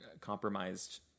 compromised